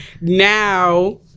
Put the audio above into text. Now